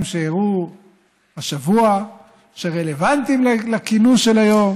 שאירעו השבוע שרלוונטיים לכינוס של היום,